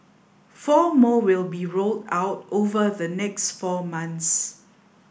four more will be rolled out over the next four months